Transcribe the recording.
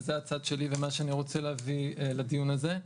וזה הצד שלי ומה שאני רוצה להביא לדיון הזה,